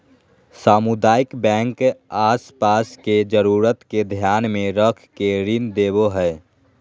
सामुदायिक बैंक आस पास के जरूरत के ध्यान मे रख के ऋण देवो हय